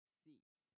seats